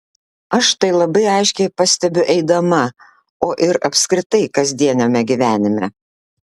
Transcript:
aš tai labai aiškiai pastebiu eidama o ir apskritai kasdieniame gyvenime